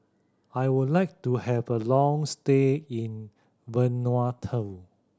I would like to have a long stay in Vanuatu